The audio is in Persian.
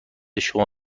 شما